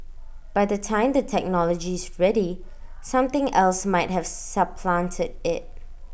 by the time the technology is ready something else might have supplanted IT